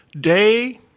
day